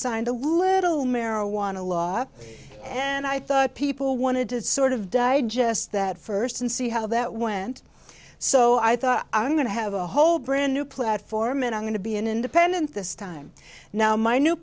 signed a little marijuana law and i thought people wanted to sort of digest that first and see how that went so i thought i'm going to have a whole brand new platform and i'm going to be an independent this time now my new